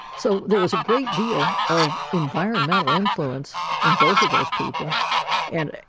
so there was a great deal of environmental influence in both of those people and